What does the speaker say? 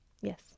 Yes